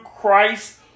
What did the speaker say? Christ